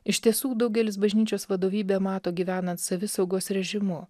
iš tiesų daugelis bažnyčios vadovybę mato gyvenant savisaugos režimu